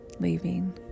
leaving